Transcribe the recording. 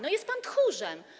No jest pan tchórzem.